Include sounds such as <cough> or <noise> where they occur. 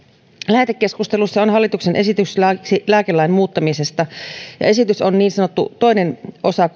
lähetekeskustelussa on hallituksen esitys laiksi lääkelain muuttamisesta ja esitys on niin sanottu toinen osa <unintelligible>